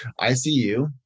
ICU